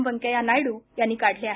वेन्कैय्या नायडू यांनी काढले आहेत